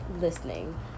listening